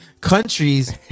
countries